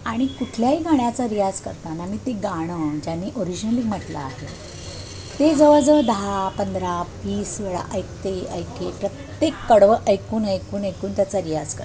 आणि कुठल्याही गाण्याचा रियाज करताना मी ते गाणं ज्यानी ओरिजिनली म्हटलं आहे ते जवळजवळ दहा पंधरा वीस वेळा ऐकते ऐकते प्रत्येक कडवं ऐकून ऐकून ऐकून त्याचा रियाज करते